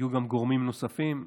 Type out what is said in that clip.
הגיעו גם גורמים נוספים.